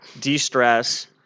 de-stress